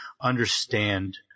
understand